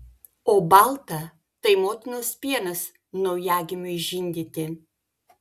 o balta tai motinos pienas naujagimiui žindyti